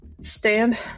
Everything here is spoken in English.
stand